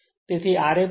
તેથી ra 0